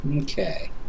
Okay